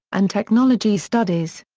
and technology studies.